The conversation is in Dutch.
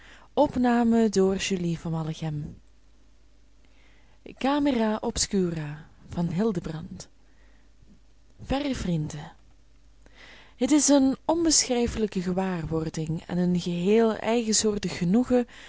het is eene onbeschrijfelijke gewaarwording en een geheel eigensoortig genoegen